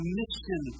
mission